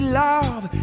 love